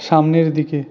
সামনের দিকে